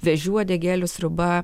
vėžių uodegėlių sriuba